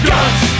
Guns